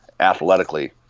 athletically